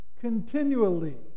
continually